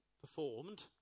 performed